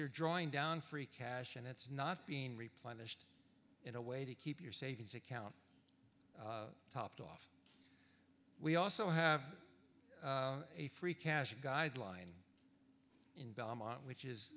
you're drawing down free cash and it's not being replenished in a way to keep your savings account topped off we also have a free cash guideline in belmont which is